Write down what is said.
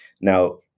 Now